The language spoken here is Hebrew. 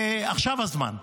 ועכשיו הזמן,